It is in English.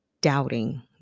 doubting